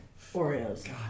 Oreos